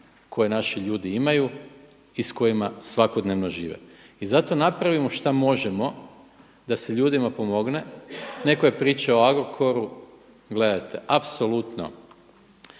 koje naši ljudi imaju i s kojima svakodnevno žive. I zato napravimo šta možemo da se ljudima pomogne. Netko je pričao o Agrokoru, gledajte apsolutno,